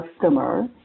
customer